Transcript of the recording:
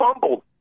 fumbled